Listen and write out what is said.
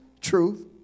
truth